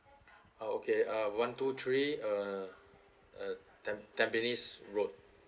uh okay uh one two three uh uh tam~ tampines road